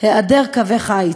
היעדר קווי חיץ.